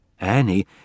Annie